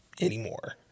anymore